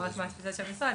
שאמרת מה התפיסה של המשרד,